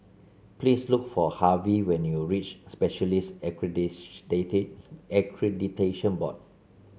please look for Harvy when you reach Specialists Accreditation Board